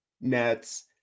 Nets